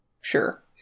Sure